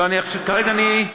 לא, כרגע אני,